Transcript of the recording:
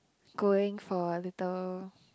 going for a little